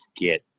Get